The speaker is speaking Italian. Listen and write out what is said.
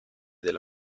della